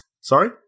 sorry